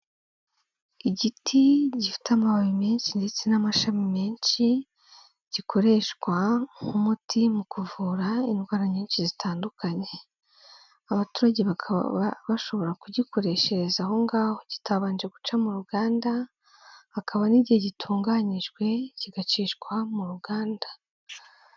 Igiti gifite amababi menshi ndetse n'amashami menshi, gikoreshwa nk'umuti mu kuvura indwara nyinshi zitandukanye. Abaturage bakaba bashobora kugikoreshereza aho ngaho kitabanje guca mu ruganda hakaba n'igihe gitunganyijwe, kigacishwa mu ruganda.